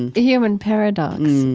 and human paradox,